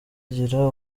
igira